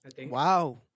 Wow